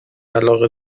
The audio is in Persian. علاقه